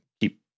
keep